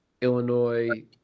Illinois